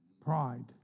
Pride